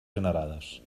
generades